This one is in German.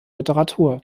literatur